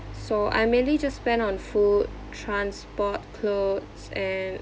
so I mainly just spend on food transport clothes and